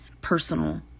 personal